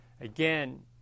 again